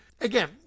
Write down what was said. Again